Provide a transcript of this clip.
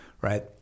Right